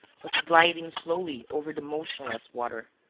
was gliding slowly over the motionless water.